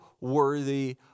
worthy